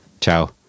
Ciao